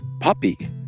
puppy